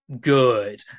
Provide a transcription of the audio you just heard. good